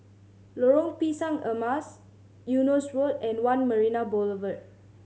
Lorong Pisang Emas Eunos Road and One Marina Boulevard